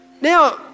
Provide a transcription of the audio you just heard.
Now